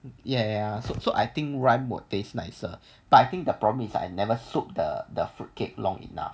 ya so so I think rum would taste nicer but I think the problem is I never soak the the fruit cake long enough